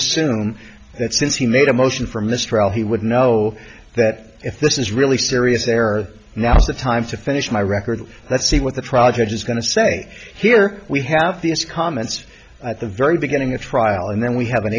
assume the since he made a motion for mistrial he would know that if this is really serious error now is the time to finish my record let's see what the trial judge is going to say here we have these comments at the very beginning of trial and then we have an